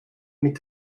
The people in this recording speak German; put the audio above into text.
mit